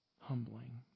humbling